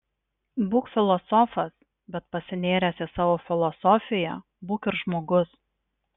būk filosofas bet pasinėręs į savo filosofiją būk ir žmogus